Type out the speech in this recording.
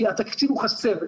כי התקציב חסר.